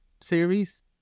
series